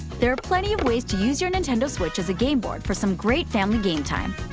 there are plenty of ways to use your nintendo switch as a game board for some great family game time.